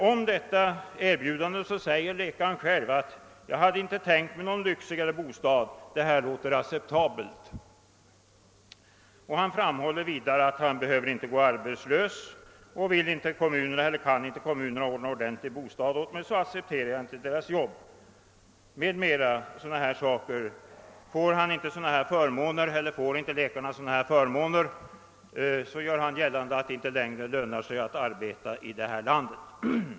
Om detta säger läkaren själv: »Jag har inte tänkt mig någon lyxigare bostad. Det här låter acceptabelt.» Han framhåller vidare att han inte behöver gå arbetslös, och vill inte eller kan inte kommunerna ordna med en ordentlig bostad accepterar han inte. — Får inte läkarna sådana förmåner görs det gällande att det inte längre lönar sig att arbeta i det här landet.